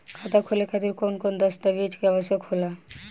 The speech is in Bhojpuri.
खाता खोले खातिर कौन कौन दस्तावेज के आवश्यक होला?